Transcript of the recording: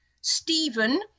Stephen